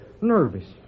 nervous